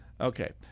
Okay